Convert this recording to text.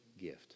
gift